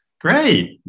Great